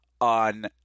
on